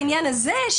בעניין הזה,